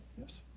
yes?